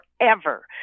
forever